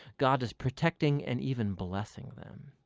god is protecting and even blessing them.